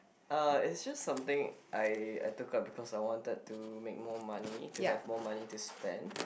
uh it's just something I I took up because I wanted to make more money to have more money to spend